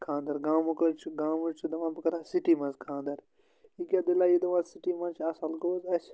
خانٛدَر گامُک حظ چھُ گامٕکۍ چھِ دَپان بہٕ کرٕ ہا سِٹی منٛز خانٛدَر یہِ کیٛاہ دِلیٖلہ یہِ دَپان سِٹی منٛز چھِ اصٕل گوٚو حظ اسہِ